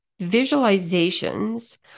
visualizations